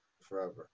forever